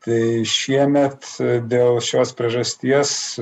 tai šiemet dėl šios priežasties